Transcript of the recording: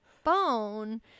Phone